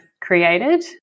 created